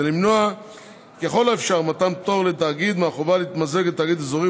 כדי למנוע ככל האפשר מתן פטור לתאגיד מהחובה להתמזג לתאגיד אזורי,